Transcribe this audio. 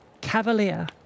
cavalier